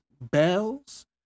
bells